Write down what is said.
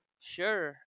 Sure